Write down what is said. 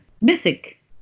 mythic